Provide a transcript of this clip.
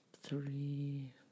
three